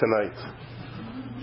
tonight